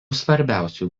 svarbiausių